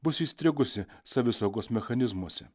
bus įstrigusi savisaugos mechanizmuose